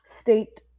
state